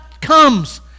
comes